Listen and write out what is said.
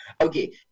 Okay